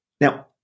Now